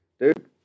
dude